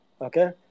Okay